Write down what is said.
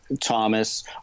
Thomas